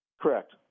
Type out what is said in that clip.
Correct